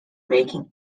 making